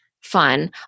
fun